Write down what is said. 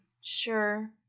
sure